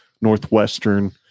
Northwestern